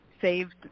saved